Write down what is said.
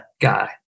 guy